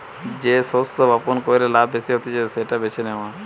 যে শস্য বপণ কইরে লাভ বেশি হতিছে সেটা বেছে নেওয়া